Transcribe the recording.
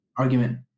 argument